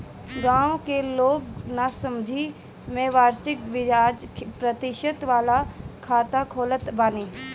गांव के लोग नासमझी में वार्षिक बियाज प्रतिशत वाला खाता खोलत बाने